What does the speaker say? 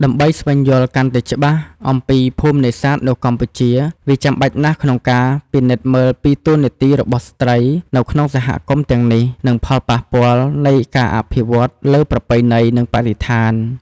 ដើម្បីស្វែងយល់កាន់តែច្បាស់អំពីភូមិនេសាទនៅកម្ពុជា វាចាំបាច់ណាស់ក្នុងការពិនិត្យមើលពី តួនាទីរបស់ស្ត្រី នៅក្នុងសហគមន៍ទាំងនេះ និង ផលប៉ះពាល់នៃការអភិវឌ្ឍន៍ លើប្រពៃណី និងបរិស្ថាន។